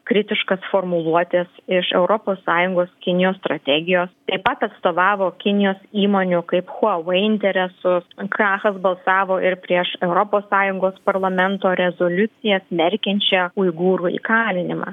kritiškas formuluotes iš europos sąjungos kinijos strategijos taip pat atstovavo kinijos įmonių kaip huawei interesus krachas balsavo ir prieš europos sąjungos parlamento rezoliuciją smerkiančią uigūrų įkalinimą